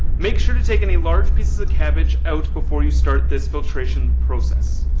make sure to take any large pieces of cabbage out before you start this filtration process.